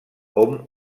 hom